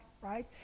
right